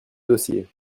dossier